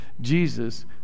Jesus